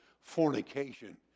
fornication